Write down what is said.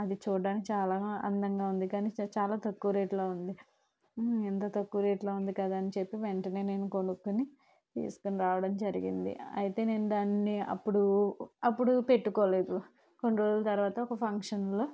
అది చూడ్డానికి చాలా అందంగా ఉంది కాని చాలా తక్కువ రేటులో ఉంది ఇంత తక్కువ రేట్ లో ఉంది కదా అని చెప్పి వెంటనే నేను కొనుకుని తీసుకునిరావడం జరిగింది ఐతే నేను దాన్ని అప్పుడు అప్పుడు పెట్టుకోలేదు కొన్ని రోజుల తర్వాత ఒక ఫంక్షన్లో